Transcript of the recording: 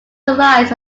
arrives